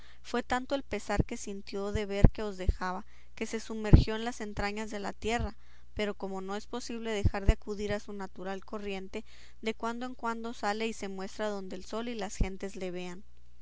fue tanto el pesar que sintió de ver que os dejaba que se sumergió en las entrañas de la tierra pero como no es posible dejar de acudir a su natural corriente de cuando en cuando sale y se muestra donde el sol y las gentes le vean